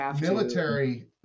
military